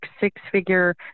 six-figure